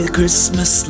Christmas